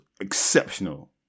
exceptional